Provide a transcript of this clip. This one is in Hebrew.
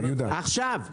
עכשיו,